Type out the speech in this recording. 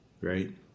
Right